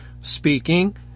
speaking